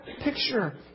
picture